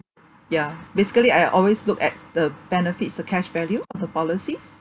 ya basically I always look at the benefits the cash value of the policies